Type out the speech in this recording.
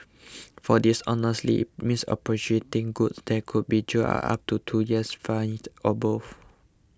for dishonestly misappropriating goods they could be jailed up to two years fined or both